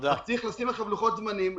צריך לשים עכשיו לוחות זמנים,